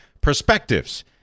perspectives